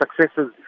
successes